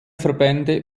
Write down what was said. verbände